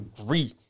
agree